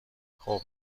خوب